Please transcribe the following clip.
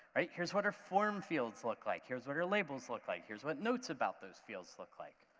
right? here's what our form fields look like. here's what our labels look like. here's what notes about those fields look like,